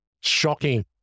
Shocking